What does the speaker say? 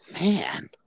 Man